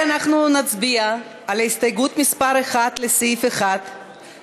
אנחנו מצביעים על הסתייגות מס' 1 לסעיף 1 של